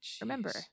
Remember